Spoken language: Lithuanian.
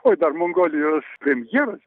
oi dar mongolijos premjeras